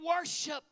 worship